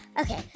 Okay